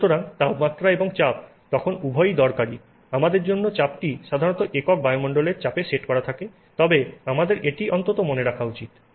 সুতরাং তাপমাত্রা এবং চাপ তখন উভয়ই দরকারি আমাদের জন্য চাপটি সাধারণত একক বায়ুমণ্ডলের চাপে সেট করা থাকে তবে আমাদের এটি অন্তত মনে রাখা উচিত